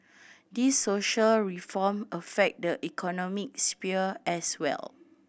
these social reform affect the economic sphere as well